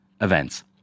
events